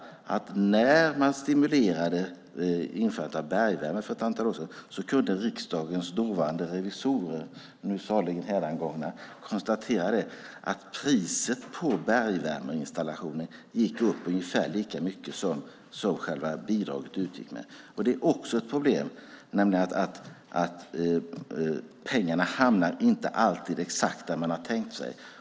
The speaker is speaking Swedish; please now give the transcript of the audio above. När man stimulerade införandet av bergvärme för ett antal år sedan kunde dåvarande Riksdagens revisorer, nu saligen hädangångna, konstatera att priset på bergvärmeinstallationer gick upp ungefär lika mycket som själva bidraget. Det är också ett problem. Pengarna hamnar inte alltid exakt där man har tänkt sig.